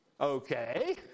Okay